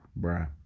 bruh